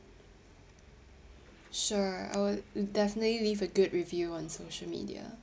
sure I will definitely leave a good review on social media